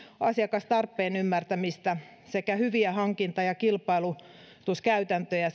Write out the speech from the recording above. asiakastarpeen ymmärtämistä hyviä hankinta ja kilpailutuskäytäntöjä